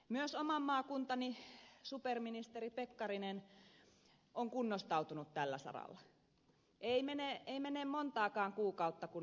myös oman maakuntani superministeri pekkarinen on kunnostautunut tällä saralla ei mennä ei mene montakaan kuukautta kun